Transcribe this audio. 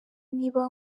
niba